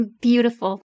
beautiful